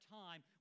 time